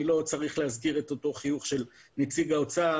אני לא צריך להזכיר את אותו חיוך של נציג האוצר,